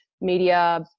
media